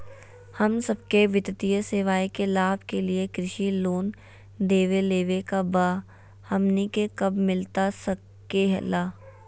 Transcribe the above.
हम सबके वित्तीय सेवाएं के लाभ के लिए कृषि लोन देवे लेवे का बा, हमनी के कब मिलता सके ला?